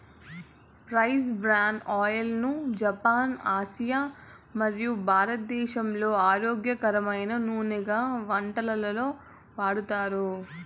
rice bran oil ను Japan, Asia మరియు భారతదేశంలో ఆరోగ్యకరమైన నూనెగా వంటలలో వాడతారు